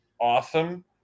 awesome